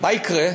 מה יקרה?